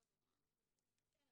אבל